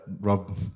rob